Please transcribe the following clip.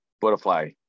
butterfly